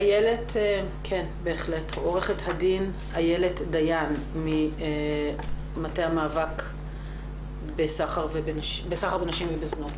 עוה"ד איילת דיין ממטה המאבק בסחר בנשים ובזנות,